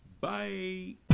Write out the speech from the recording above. bye